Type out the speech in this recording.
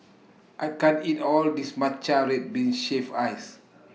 I can't eat All of This Matcha Red Bean Shaved Ice